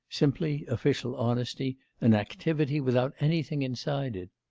simply official honesty and activity without anything inside it.